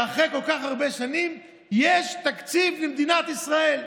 שאחרי כל כך הרבה שנים יש תקציב למדינת ישראל.